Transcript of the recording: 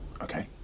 Okay